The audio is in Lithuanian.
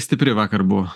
stipri vakar buvo